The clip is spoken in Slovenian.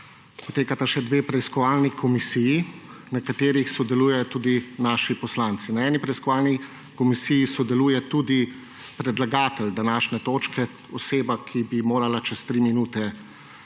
potekata še dve preiskovalni komisiji, na katerih sodelujejo tudi naši poslanci. Na eni preiskovalni komisiji sodeluje tudi predlagatelj današnje točke, oseba, ki bi morala čez tri minute